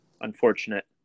unfortunate